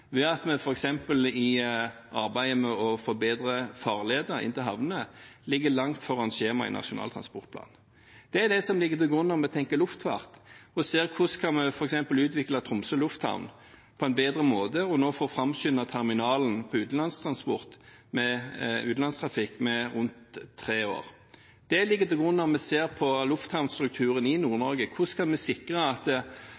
ved at vi f.eks. i arbeidet med å forbedre farledene inn til havnene ligger langt foran skjema i Nasjonal transportplan. Det er det som ligger til grunn når vi tenker luftfart og ser på hvordan vi f.eks. kan utvikle Tromsø lufthavn på en bedre måte, og få framskyndet terminalen for utenlandstrafikk med rundt tre år. Det ligger til grunn når vi ser på lufthavnstrukturen i Nord-Norge og hvordan vi skal sikre at